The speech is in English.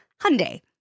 Hyundai